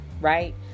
right